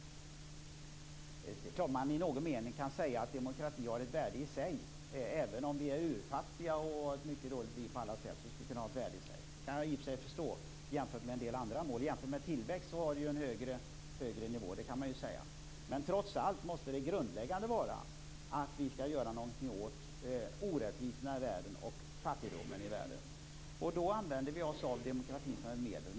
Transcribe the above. Det är klart att man i någon mening kan säga att demokrati har ett värde i sig, även om vi är urfattiga och har ett mycket dåligt liv på alla sätt. Det kan jag i och för sig förstå. Jämfört med en del andra mål, som tillväxt, har det en högre nivå. Men trots allt måste det grundläggande vara att vi skall göra någonting åt orättvisorna och fattigdomen i världen. Då använder vi oss av demokratin som ett medel.